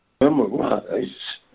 memorize